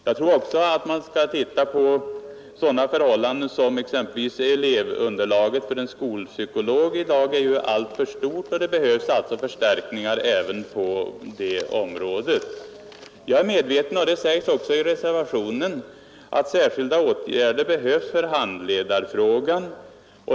Jag tror också att man skall tänka på sådana förhållanden som att exempelvis elevunderlaget för en skolpsykolog i dag är alltför stort. Det behövs alltså förstärkningar även på det området. Jag är medveten om — och det sägs också i reservationen — att särskilda åtgärder behövs för handledarfrågan.